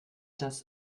das